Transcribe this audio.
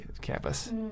campus